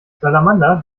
salamander